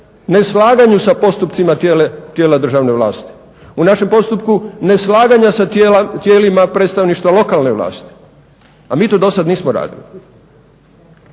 neslaganju sa postupcima tijela državne vlasti, u našem postupku neslaganja sa tijelima predstavništva lokalne vlasti, a mi to dosad nismo radili.